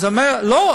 אז הוא אומר: לא,